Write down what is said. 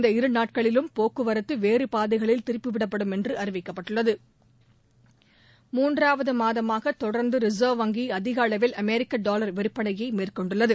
இந்த இருநாட்களிலும் போக்குவரத்து வேறுபாதைகளில் திருப்பிவிடப்படும் என்று அறிவிக்கப்பட்டுள்ளது மூன்றாவது மாதமாக தொடர்ந்து ரிசர்வ் வங்கி அதிக அளவில் அமெரிக்க டாலர் விற்பனையை மேற்கொண்டுள்ளது